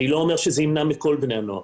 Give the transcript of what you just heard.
אני לא אומר שזה ימנע מכל בני הנוער,